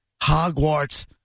Hogwarts